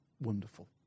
wonderful